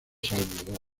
salvo